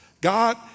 God